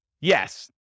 Yes